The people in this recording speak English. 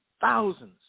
thousands